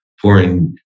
pouring